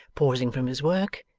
pausing from his work,